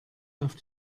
auf